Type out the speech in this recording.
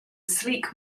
sleek